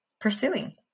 pursuing